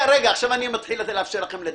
אז אנחנו נרחיב את זה גם לגני